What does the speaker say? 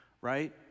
right